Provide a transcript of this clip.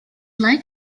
like